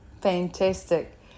Fantastic